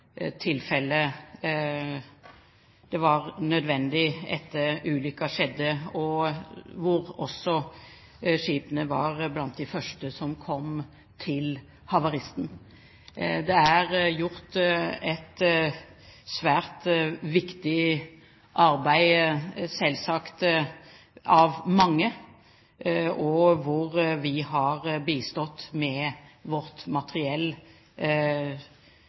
det var nødvendig, og skipene var også blant de første som kom til havaristen. Det er gjort et svært viktig arbeid, selvsagt, av mange. Vi har bistått med vårt materiell,